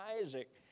Isaac